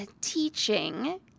teaching